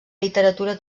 literatura